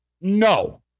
No